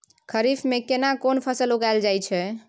खरीफ में केना कोन फसल उगायल जायत छै?